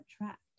attract